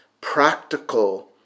practical